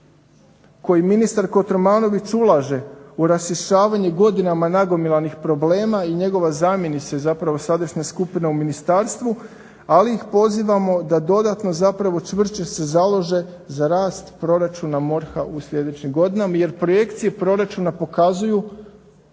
koji ministar Kotromanović ulaže u rasčišćavanje godinama nagomilanih problema i njegovi zamjenici, zapravo sadašnja skupina u ministarstvo, ali ih pozivamo da dodatno zapravo, čvršće se založe za rast proračun MORH-a u sljedećim godinama jer projekcije proračuna pokazuju